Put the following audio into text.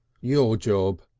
your job,